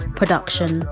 production